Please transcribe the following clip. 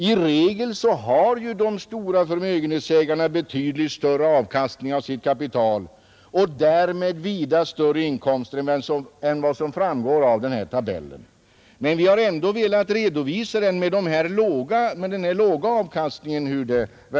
I regel har de stora förmögenhetsägarna betydligt större avkastning av sitt kapital och därmed vida större inkomster än vad som framgår av denna tabell. Vi har ändå velat redovisa hur det verkar med den här låga avkastningen.